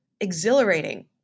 exhilarating